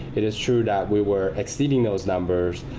it is true that we were exceeding those numbers